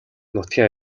нутгийн